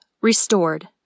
Restored